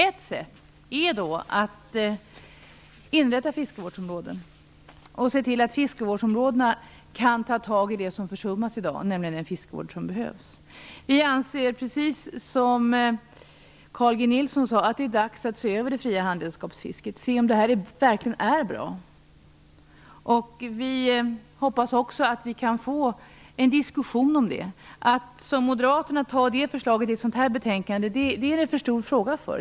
Ett sätt är att inrätta fiskevårdsområden och se till att dessa kan bedriva den fiskevård som behövs, men försummas, i dag. Vi anser precis som Carl G Nilsson att det är dags att se över det fria handredskapsfisket. Är det verkligen bra? Vi hoppas också på en diskussion om detta. Frågan är för stor för att, som Moderaterna gjort, föra in ett sådan förslag i betänkandet.